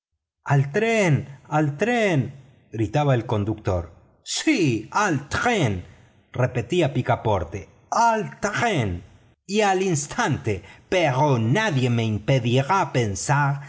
al tren al tren gritaba el conductor sí al tren repetía picaporte al tren y al instante pero nadie me impedirá pensar